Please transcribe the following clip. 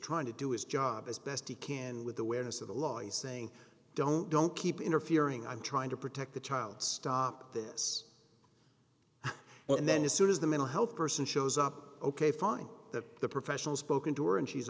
trying to do his job as best he can with awareness of the law is saying don't don't keep interfering i'm trying to protect the child stop this well and then as soon as the mental health person shows up ok fine that the professional spoken to her and she's